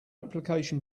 application